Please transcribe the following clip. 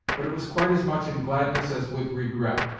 but it was quite as much in gladness as with regret,